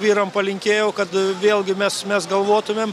vyram palinkėjau kad vėlgi mes mes galvotumėm